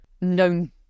known